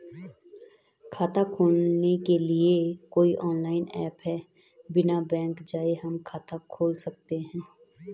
खाता खोलने के लिए कोई ऑनलाइन ऐप है बिना बैंक जाये हम खाता खोल सकते हैं?